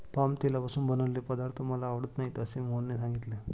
palm तेलापासून बनवलेले पदार्थ मला आवडत नाहीत असे मोहनने सांगितले